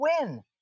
win